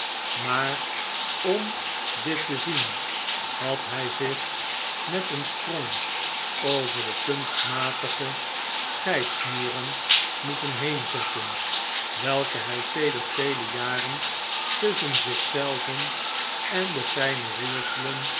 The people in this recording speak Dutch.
maar om dit te zien had hij zich met een sprong over de kunstmatige scheidsmuren moeten heenzetten welke hij sedert vele jaren tusschen zich zelven en de fijne